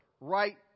right